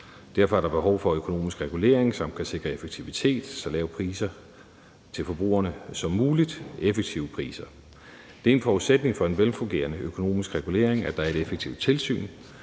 derfor er der behov for en økonomisk regulering, som kan sikre effektivitet, så lave priser til forbrugerne som muligt – effektive priser. Det er en forudsætning for en velfungerende økonomisk regulering, at der er et effektivt tilsyn,